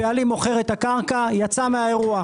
הבעלים מוכר את הקרקע, יצא מהאירוע.